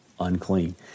unclean